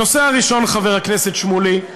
הנושא הראשון, חבר הכנסת שמולי,